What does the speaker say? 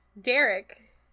Derek